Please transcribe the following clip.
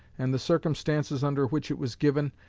and the circumstances under which it was given,